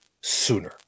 sooner